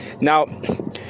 Now